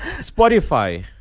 Spotify